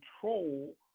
control